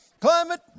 climate